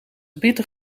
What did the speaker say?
bitter